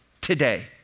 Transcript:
today